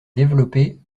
développé